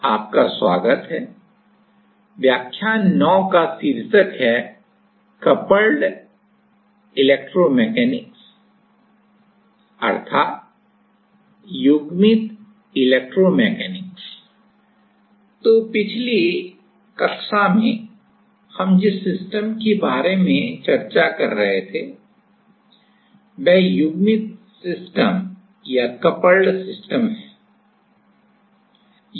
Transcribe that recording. तो पिछली कक्षा में हम जिस सिस्टम के बारे में चर्चा कर रहे थे वह युग्मित सिस्टम है